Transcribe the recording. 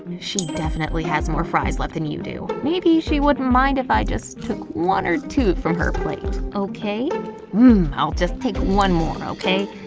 she definitely has more fries let than you do maybe she wouldn't mind if i just took one or two from her plate okay mmm i'll just take one more okay